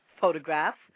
photographs